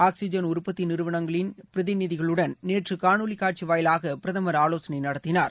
oxygen உற்பத்தி நிறுவனங்களின் பிரதிநிதிகளுடன் நேற்று காணொலிக் காட்சி வாயிலாக பிரதமர் ஆலோசனை நடத்தினார்